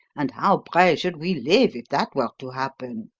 and how, pray, should we live if that were to happen?